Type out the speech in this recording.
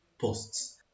posts